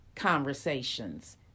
conversations